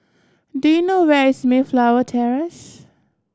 do you know where is Mayflower Terrace